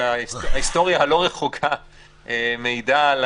ההיסטוריה הלא רחוקה מעידה על